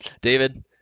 David